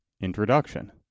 Introduction